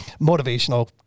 motivational